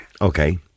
Okay